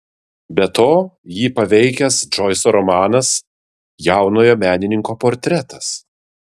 be to jį paveikęs džoiso romanas jaunojo menininko portretas